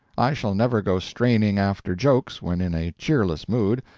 i shall never go straining after jokes when in a cheerless mood,